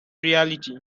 reality